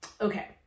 okay